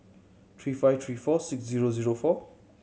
three five three four six zero zero four